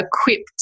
equipped